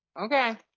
Okay